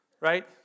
right